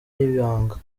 y’ibanga